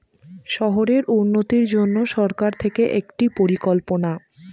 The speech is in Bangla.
শহরের উন্নতির জন্য সরকার থেকে একটি পরিকল্পনা